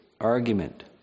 argument